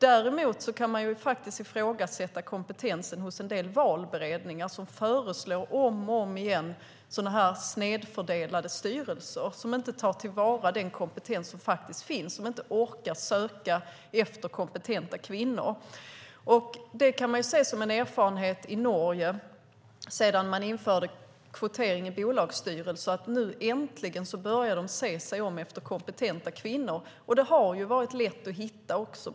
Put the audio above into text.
Däremot kan man ifrågasätta kompetensen hos en del valberedningar som om och om igen föreslår sådana här snedfördelade styrelser, som inte tar till vara den kompetens som finns och som inte orkar söka efter kompetenta kvinnor. Erfarenheten från Norge visar att sedan de införde kvotering i bolagsstyrelser har man äntligen börjat se sig om efter kompetenta kvinnor, och de har varit lätta att hitta.